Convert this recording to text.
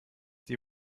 die